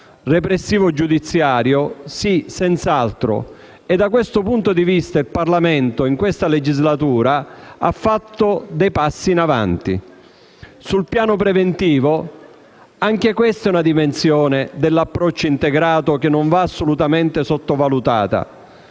repressivo-giudiziario - sì, senz'altro - e da questo punto di vista il Parlamento, in questa legislatura, ha fatto dei passi in avanti. L'aspetto preventivo è anch'esso una dimensione dell'approccio integrato che non va assolutamente sottovalutate;